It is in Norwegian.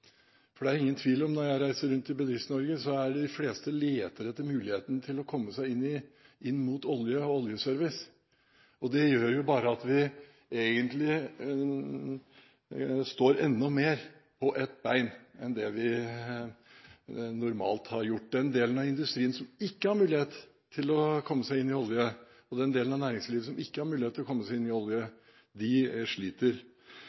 Jeg reiser rundt i Bedrifts-Norge, og det er ingen tvil om at de fleste leter etter muligheter til å rette seg inn mot olje og oljeservice. Det gjør at vi egentlig står på ett ben i enda større grad enn det vi normalt har gjort. Den delen av industrien og næringslivet som ikke har mulighet til å komme seg inn i olje, sliter. Jeg tror at med det kostnadsnivået og den